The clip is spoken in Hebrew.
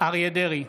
אריה מכלוף דרעי,